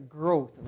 growth